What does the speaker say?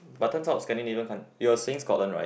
but turns out scandinavian coun~ you're saying Scotland right